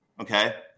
okay